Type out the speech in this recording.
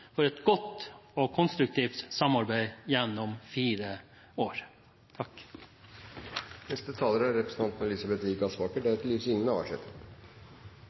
for et godt og konstruktivt samarbeid gjennom fire år.